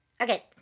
Okay